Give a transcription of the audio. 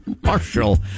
Marshall